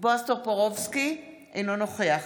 בועז טופורובסקי, אינו נוכח